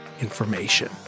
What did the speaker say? information